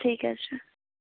ٹھیٖک حظ چھُ